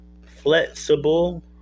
flexible